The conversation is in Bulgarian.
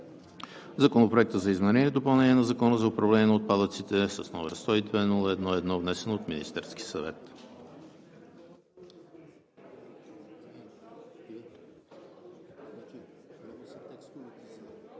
Законопроект за изменение и допълнение на Закона за управление на отпадъците, № 102-01-1, внесен от Министерския съвет